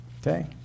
Okay